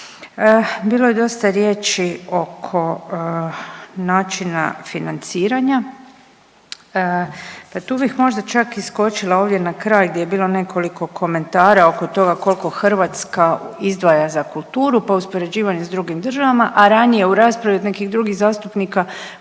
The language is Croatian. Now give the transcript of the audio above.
Bilo je dosta riječi oko načina financiranja. Tu bih možda čak i skočila ovdje na kraj gdje je bilo nekoliko komentara oko toga koliko Hrvatska izdvaja za kulturu pa uspoređivanje s drugim državama, a ranije u raspravi nekih drugih zastupnika poziva